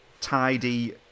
tidy